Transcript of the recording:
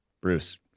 Bruce